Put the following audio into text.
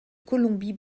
colombie